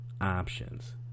options